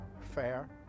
fair